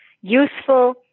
useful